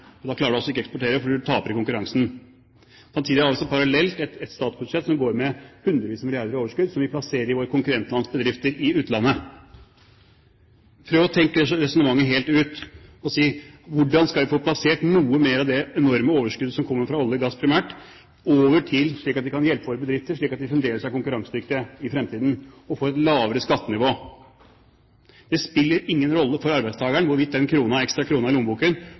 og da klarer du ikke å eksportere, fordi du taper i konkurransen. Samtidig har vi, parallelt, et statsbudsjett som går med hundrevis av milliarder i overskudd, som vi plasserer i våre konkurrentlands bedrifter i utlandet. Prøv å tenke resonnementet helt ut, og si: Hvordan skal vi få plassert noe mer av det enorme overskuddet som kommer fra olje og gass primært, slik at vi kan hjelpe våre bedrifter slik at de fremdeles er konkurransedyktige i fremtiden, og får et lavere skattenivå? Det spiller ingen rolle for arbeidstakeren hvorvidt den ekstra krona i lommeboken